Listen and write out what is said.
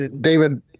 David